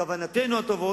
כוונותינו הטובות,